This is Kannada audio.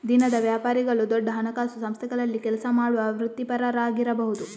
ದಿನದ ವ್ಯಾಪಾರಿಗಳು ದೊಡ್ಡ ಹಣಕಾಸು ಸಂಸ್ಥೆಗಳಲ್ಲಿ ಕೆಲಸ ಮಾಡುವ ವೃತ್ತಿಪರರಾಗಿರಬಹುದು